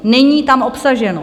Není tam obsaženo.